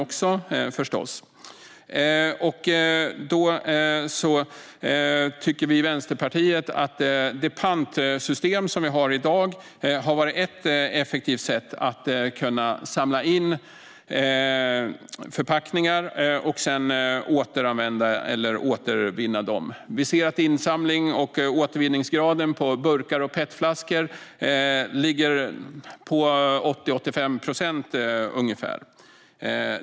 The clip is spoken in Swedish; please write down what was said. Vi i Vänsterpartiet tycker att dagens pantsystem har varit ett effektivt sätt att samla in förpackningar och sedan återanvända eller återvinna dem. Insamlings och återvinningsgraden på burkar och petflaskor ligger på 80-85 procent.